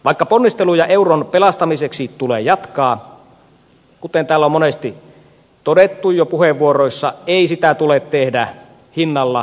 vaikka ponnisteluja euron pelastamiseksi tulee jatkaa kuten täällä on monesti todettu jo puheenvuoroissa ei sitä tule tehdä hinnalla millä hyvänsä